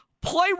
Play